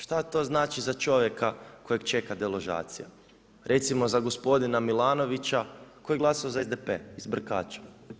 Šta to znači za čovjeka kojeg čega deložacija, recimo za gospodina Milanovića koji je glasao za SDP iz Brkača?